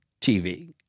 TV